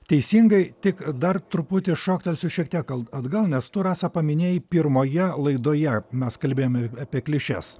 teisingai tik dar truputį šoktelsiu šiek tiek al atgal nes tu rasa paminėjai pirmoje laidoje mes kalbėjome apie klišes